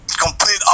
complete